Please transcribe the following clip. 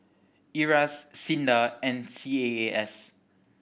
IRAS SINDA and C A A S